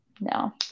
no